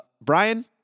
Brian